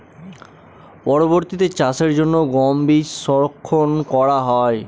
পরবর্তিতে চাষের জন্য গম বীজ সংরক্ষন করা হয়?